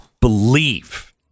believe